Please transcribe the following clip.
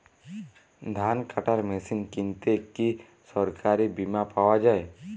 ধান কাটার মেশিন কিনতে কি সরকারী বিমা পাওয়া যায়?